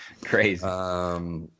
Crazy